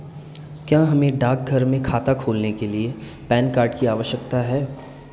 क्या हमें डाकघर में खाता खोलने के लिए पैन कार्ड की आवश्यकता है?